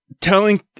telling